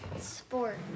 sport